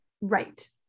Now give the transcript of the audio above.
Right